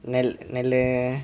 நல்~ நல்ல:nal~ nalla